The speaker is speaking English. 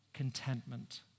contentment